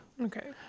okay